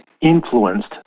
influenced